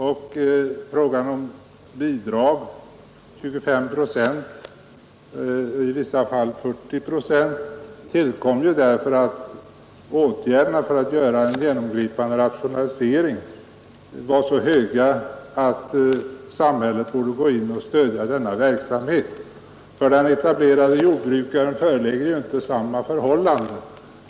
Bestämmelserna om bidrag — 25 procent och i vissa fall 40 procent — tillkom därför att det ansågs att kostnaderna för en genomgripande rationalisering var så höga att samhället borde stödja denna verksamhet. För den etablerade jordbrukaren föreligger ju inte samma förhållanden.